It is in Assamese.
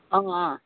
অঁ